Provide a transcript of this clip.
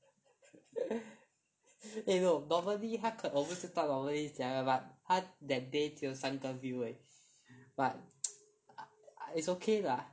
eh no normally 他可我不知道 normally 怎么样 but 他 that day 只有三个 view 而已 but it's okay lah